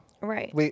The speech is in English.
Right